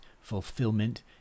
fulfillment